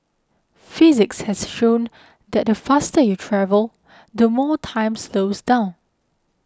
physics has shown that the faster you travel the more time slows down